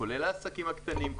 כולל עסקים קטנים,